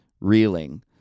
reeling